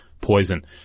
poison